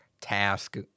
task